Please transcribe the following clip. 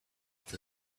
with